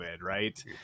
right